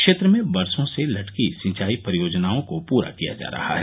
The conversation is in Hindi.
क्षेत्र में बरसों से लटकी सिंचाई परियोजनाओं को पूरा किया जा रहा है